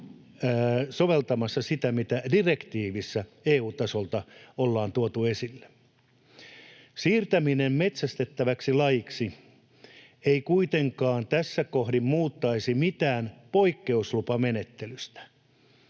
soveltamassa sitä, mitä direktiivissä EU-tasolta ollaan tuotu esille. Siirtäminen metsästettäväksi lajiksi ei kuitenkaan tässä kohdin muuttaisi mitään poik-keuslupamenettelystä.